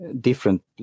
different